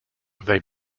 they